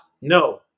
no